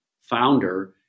founder